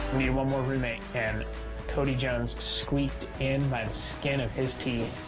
one more roommate, and cody jones squeaked in by the skin of his teeth.